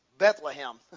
Bethlehem